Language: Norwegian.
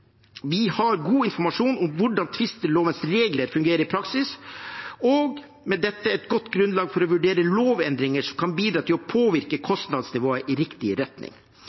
hvordan tvistelovens regler fungerer i praksis, og dermed et godt grunnlag for å vurdere lovendringer som kan bidra til å påvirke kostnadsnivået i riktig retning.